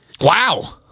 Wow